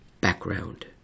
Background